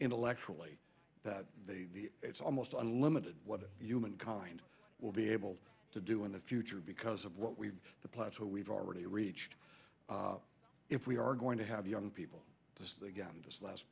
intellectually that the it's almost unlimited what human kind will be able to do in the future because of what we plan to we've already reached if we are going to have young people again this last